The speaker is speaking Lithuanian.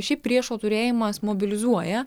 šiaip priešo turėjimas mobilizuoja